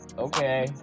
Okay